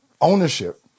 Ownership